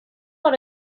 dans